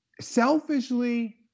selfishly